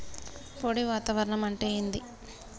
పొడి వాతావరణం అంటే ఏంది?